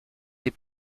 des